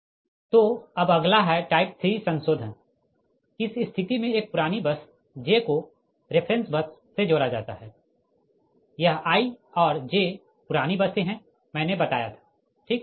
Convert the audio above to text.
तो अब अगला है टाइप 3 संशोधन इस स्थिति में एक पुरानी बस j को रेफ़रेंस बस से जोड़ा जाता है यह i और j पुरानी बसें है मैंने बताया था ठीक